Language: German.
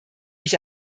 ich